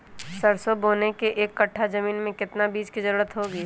सरसो बोने के एक कट्ठा जमीन में कितने बीज की जरूरत होंगी?